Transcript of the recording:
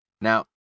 Now